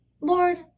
Lord